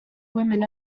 women